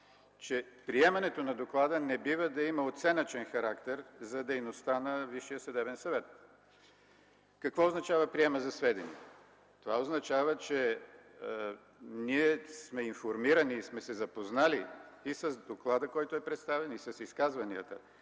че приемането на доклада не бива да има оценъчен характер за дейността на Висшия съдебен съвет. Какво означава „приема за сведение”? Това означава, че ние сме информирани и сме се запознали с доклада, който е представен, и с изказванията,